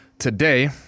Today